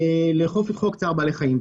לאכוף את חוק צער בעלי חיים.